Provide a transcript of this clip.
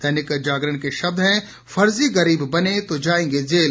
दैनिक जागरण के शब्द है फर्जी गरीब बने तो जायेंगे जेल